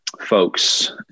folks